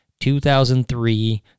2003